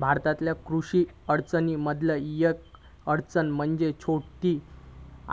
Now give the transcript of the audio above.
भारतातल्या कृषी अडचणीं मधली येक अडचण म्हणजे छोट्या